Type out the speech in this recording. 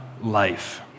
life